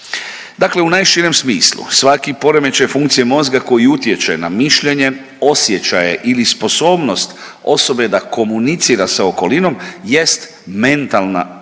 Dakle u najširem smislu svaki poremećaj funkcije mozga koji utječe na mišljenje, osjećaje ili sposobnost osobe da komunicira sa okolinom jest mentalna bolest,